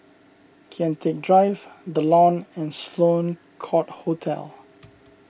Kian Teck Drive the Lawn and Sloane Court Hotel